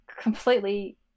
completely